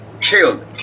killed